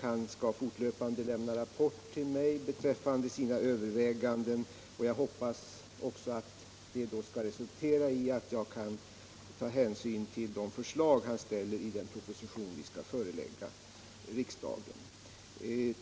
Han skall fortlöpande lämna rapport till mig beträffande sina överväganden, och jag hoppas att det skall resultera i att jag i den proposition som skall föreläggas riksdagen kan ta hänsyn till de förslag han ställer.